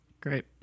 Great